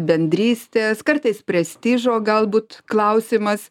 bendrystės kartais prestižo galbūt klausimas